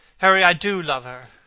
harry, i do love her.